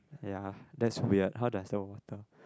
ya that's weird how does the water